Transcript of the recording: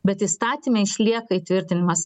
bet įstatyme išlieka įtvirtinimas